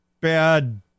bad